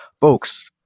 folks